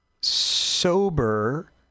sober